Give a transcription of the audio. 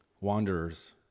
wanderers